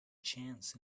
chance